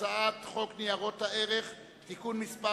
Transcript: הצעת חוק ניירות ערך (תיקון מס'